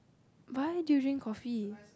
why do you drink coffee